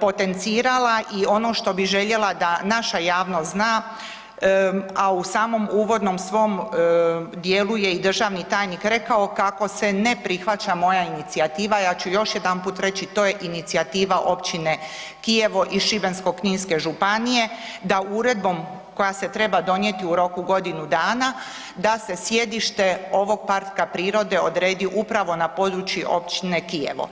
potencirala i ono što bi željela da naša javnost zna a u samom uvodnom svom dijelu je i državni tajnik rekao kako se ne prihvaća moja inicijativa, ja ću još jedanput reći to je inicijativa općine Kijevo i Šibensko-kninske županije da uredbom koja se treba donijeti u roku godinu dana da se sjedište ovog parka prirode odredi upravo na području općine Kijevo.